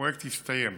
הפרויקט הסתיים.